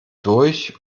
durch